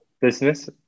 business